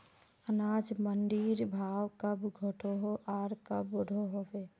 अनाज मंडीर भाव कब घटोहो आर कब बढ़ो होबे?